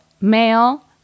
male